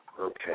Okay